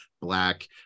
black